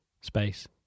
space